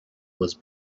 was